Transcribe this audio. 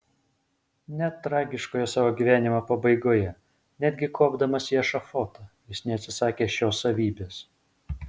net tragiškoje savo gyvenimo pabaigoje netgi kopdamas į ešafotą jis neatsisakė šios savybės